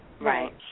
Right